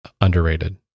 underrated